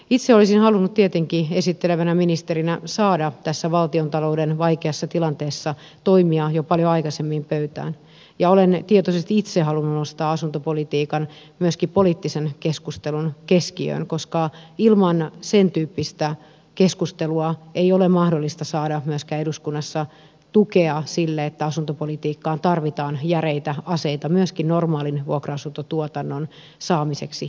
itse olisin halunnut tietenkin esittelevänä ministerinä saada tässä valtiontalouden vaikeassa tilanteessa toimia jo paljon aikaisemmin pöytään ja olen tietoisesti itse halunnut nostaa asuntopolitiikan myöskin poliittisen keskustelun keskiöön koska ilman sentyyppistä keskustelua ei ole mahdollista saada myöskään eduskunnassa tukea sille että asuntopolitiikkaan tarvitaan järeitä aseita myöskin normaalin vuokra asuntotuotannon saamiseksi liikkeelle